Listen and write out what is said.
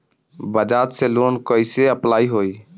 बजाज से लोन कईसे अप्लाई होई?